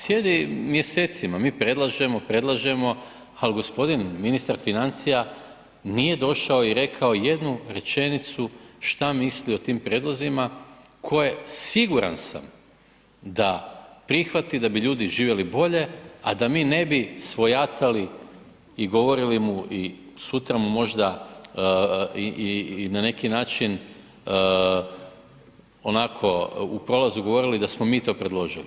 Sjedi mjesecima, mi predlažemo, predlažemo, ali g. ministar financija nije došao i rekao jednu rečenicu što misli o tim prijedlozima koje, siguran sam, da prihvati da bi ljudi živjeli bolje, a da mi ne bi svojatali i govorili mu i sutra mu možda i na neki način onako u prolazu govorili da smo mi to predložili.